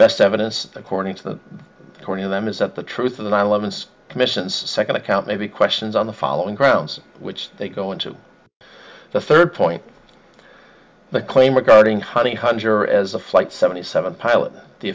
best evidence according to the according to them is that the truth of the nine eleventh's commission's second account may be questions on the following grounds which they go into the third point the claim regarding holly hunter as a flight seventy seven pilot the